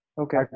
Okay